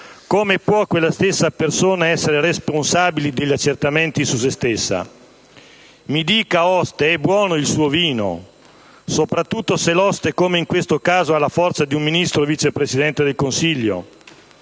come può quella stessa persona essere responsabile degli accertamenti su sé stessa? «Mi dica, oste: è buono il suo vino?» (soprattutto se l'oste, come in questo caso, ha la forza di un Ministro-Vice Presidente del Consiglio).